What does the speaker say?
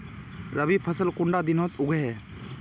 रवि फसल कुंडा दिनोत उगैहे?